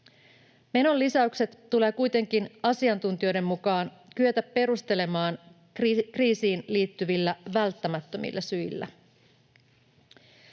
Menonlisäykset tulee kuitenkin asiantuntijoiden mukaan kyetä perustelemaan kriisiin liittyvillä välttämättömillä syillä.